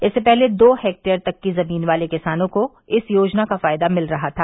इससे पहले दो हेक्टेयर तक की जमीन वाले किसानों को इस योजना का फायदा मिल रहा था